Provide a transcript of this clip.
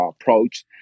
approach